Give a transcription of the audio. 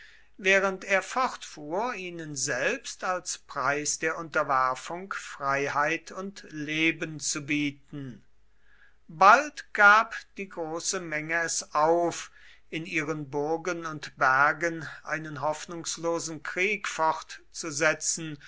während er fortfuhr ihnen selbst als preis der unterwerfung freiheit und leben zu bieten bald gab die große menge es auf in ihren burgen und bergen einen hoffnungslosen krieg fortzusetzen